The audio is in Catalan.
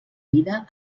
vida